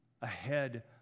ahead